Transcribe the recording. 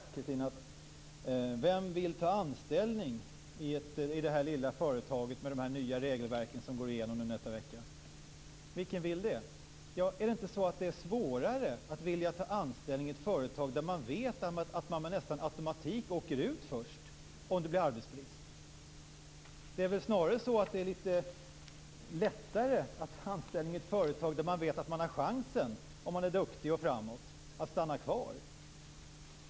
Fru talman! Du sade så här: Vem vill ta anställning i ett litet företag med det nya regelverk som kommer att gå igenom nästa vecka? Vilken vill det? Är det inte svårare att få folk att ta anställning i ett företag där man vet att man nästan med automatik åker ut först, om det blir arbetsbrist? Snarare är det väl lättare att ta anställning i ett företag där man vet att man har chans att stanna kvar, om man är duktig och framåt.